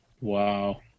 wow